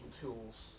tools